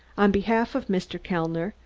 on behalf of mr. kellner,